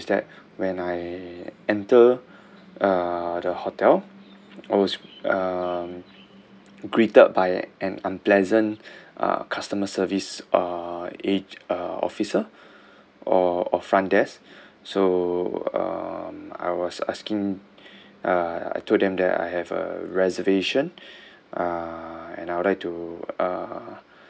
when I enter uh the hotel I was um greeted by an unpleasant uh customer service uh a~ uh officer or or front desk so um I was asking uh I told them that I have a reservation uh and I would like to uh